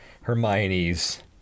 Hermione's